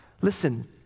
Listen